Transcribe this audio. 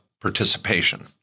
participation